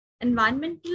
environmental